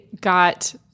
got